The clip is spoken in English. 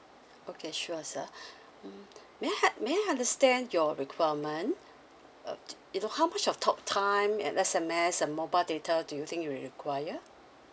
okay sure sir um may I had may I understand your requirement uh you know how much of talk time and S_M_S and mobile data do you think you require